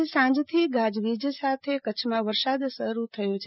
આજે સાંજથી ગાજવીજ સાથે કચ્છમાં વરસાદ શરૂ થયો છે